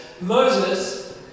Moses